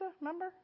Remember